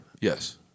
Yes